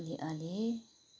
अलिअलि